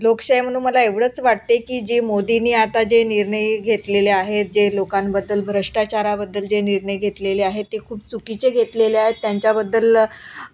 लोकशाही म्हणून मला एवढंच वाटते की जे मोदीनी आता जे निर्णय घेतलेले आहेत जे लोकांबद्दल भ्रष्टाचाराबद्दल जे निर्णय घेतलेले आहेत ते खूप चुकीचे घेतलेले आहेत त्यांच्याबद्दल